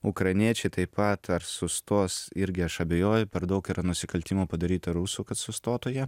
ukrainiečiai taip pat ar sustos irgi aš abejoju per daug yra nusikaltimų padaryta rusų kad sustotų jie